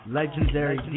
legendary